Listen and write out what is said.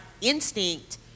instinct